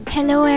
Hello